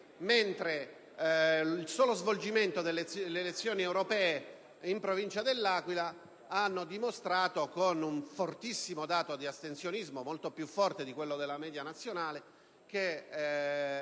mentre lo svolgimento delle elezioni europee in provincia dell'Aquila ha dimostrato, con un fortissimo dato di astensionismo - molto più forte di quello della media nazionale -,